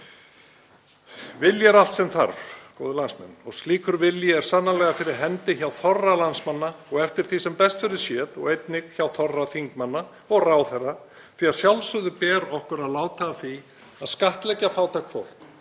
góðir landsmenn, og slíkur vilji er sannarlega fyrir hendi hjá þorra landsmanna og eftir því sem best verður séð einnig hjá þorra þingmanna og ráðherra, því að sjálfsögðu ber okkur að láta af því að skattleggja fátækt fólk.